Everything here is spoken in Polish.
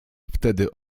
wtedy